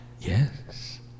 Yes